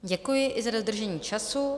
Děkuji i za dodržení času.